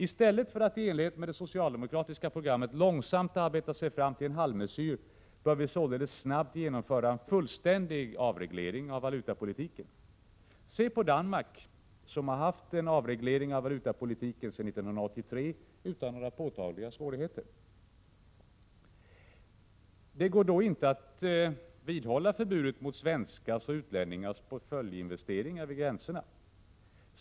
I stället för att i enlighet med det socialdemokratiska programmet långsamt arbeta sig fram till en halvmesyr, bör vi således snabbt genomföra en fullständig avreglering av valutapolitiken. Se på Danmark, där det förekommit en avreglering av valutapolitiken sedan 1983 utan några påtagliga svårigheter! Det går då inte att vidmakthålla förbudet mot svenskars och utlänningars portföljinvesteringar vid gränserna.